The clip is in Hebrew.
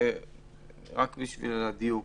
רק לשם הדיוק.